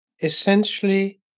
essentially